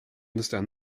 understand